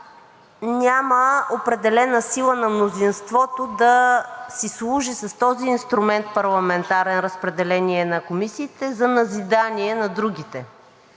няма определена сила на мнозинството да си служи с този парламентарен инструмент „разпределение на комисиите“ за назидание на другите